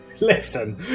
listen